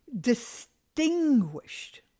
distinguished